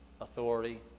authority